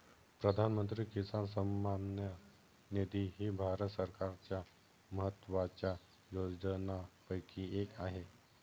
प्रधानमंत्री किसान सन्मान निधी ही भारत सरकारच्या महत्वाच्या योजनांपैकी एक आहे